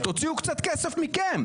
תוציאו קצת כסף מכם.